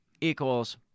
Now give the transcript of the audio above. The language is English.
equals